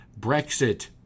Brexit